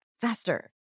faster